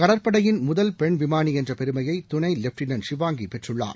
கடற்படையின் முதல் பெண் விமாளி என்ற பெருமையை துணை வெப்டினன்ட் விவாங்கி பெற்றுள்ளார்